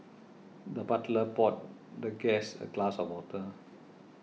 the butler poured the guest a glass of water